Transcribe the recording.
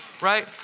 right